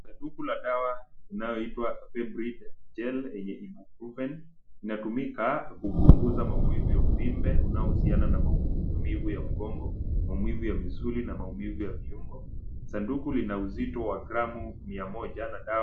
Sanduku la dawa inayoitwa[cs ] febridgen [cs ] yenye iko[cs ] proven[cs ]. Inatumika kupunguza maumivu ya uvimbe inayo husiana na maumivu ya ubongo, maumivu ya misuli na maumivu ya viungo. Sanduku lina uzito wa gramu Mia moja na dawa.